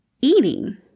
eating